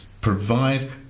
Provide